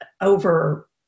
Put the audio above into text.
over